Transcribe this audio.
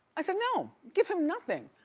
i said no! give him nothing.